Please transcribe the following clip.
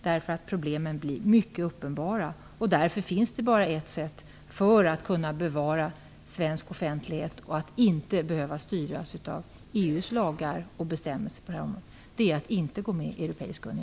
Problemen kommer att bli mycket uppenbara, och därför finns det bara ett sätt att bevara svensk offentlighet och inte behöva styras av EU:s lagar och bestämmelser. Det är att inte gå med i